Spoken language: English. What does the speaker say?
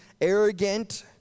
arrogant